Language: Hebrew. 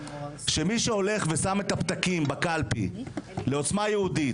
שמי שהולך ושם את הפתקים בקלפי לעוצמה יהודית,